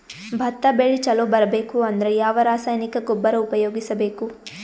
ಭತ್ತ ಬೆಳಿ ಚಲೋ ಬರಬೇಕು ಅಂದ್ರ ಯಾವ ರಾಸಾಯನಿಕ ಗೊಬ್ಬರ ಉಪಯೋಗಿಸ ಬೇಕು?